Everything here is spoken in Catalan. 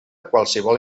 qualsevol